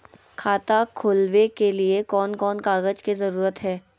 खाता खोलवे के लिए कौन कौन कागज के जरूरत है?